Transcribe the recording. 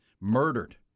murdered